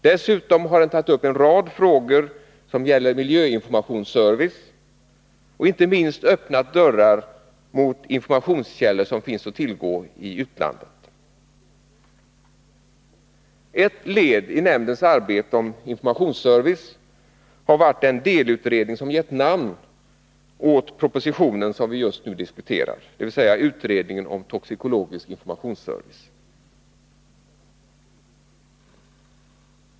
Dessutom har den tagit upp en rad frågor som gäller miljöinformationsservice och inte minst öppnat dörrar till informationskällor som finns att tillgå i utlandet. Ett led i nämndens arbete om informationsservice har varit den delutredning som gett namn åt propositionen som vi just nu diskuterar, dvs. utredningen om toxikologisk informationsservice.